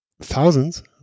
thousands